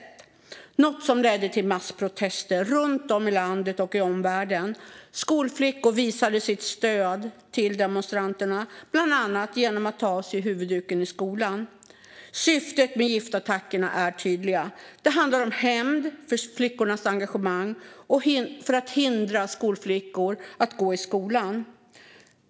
Det var något som ledde till massprotester runt om i landet och i omvärlden. Skolflickor visade sitt stöd till demonstranterna bland annat genom att ta av sig huvudduken i skolan. Syftet med giftattackerna är tydligt. Det handlar om hämnd för flickornas engagemang och om att hindra skolflickor att gå i skolan.